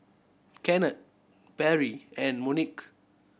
Kennard Barry and Monique